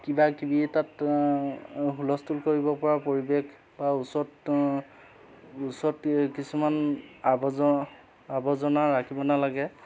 কিবা কিবি তাত হুলস্থুল কৰিব পৰা পৰিৱেশ বা ওচৰত ওচৰত কিছুমান আৱজ আৱৰ্জনা ৰাখিব নালাগে